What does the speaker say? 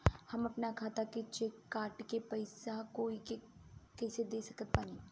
हम अपना खाता से चेक काट के पैसा कोई के कैसे दे सकत बानी?